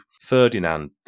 Ferdinand